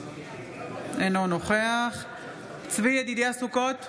אינו נוכח צבי ידידיה סוכות,